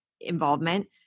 involvement